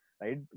right